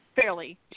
fairly